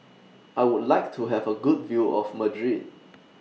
I Would like to Have A Good View of Madrid